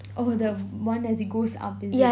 oh the one as it goes up is it